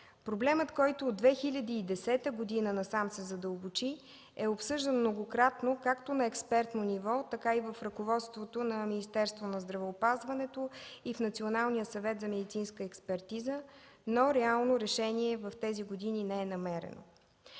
Проблемът, който от 2010 г. насам се задълбочи, е обсъждан многократно както на експертно ниво, така и в ръководството на Министерството на здравеопазването и в Националния съвет за медицинска експертиза, но реално решение в тези години не е намерено.